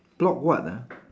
block what ah